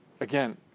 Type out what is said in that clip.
again